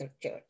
church